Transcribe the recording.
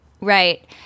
Right